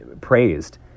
praised